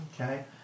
okay